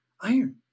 iron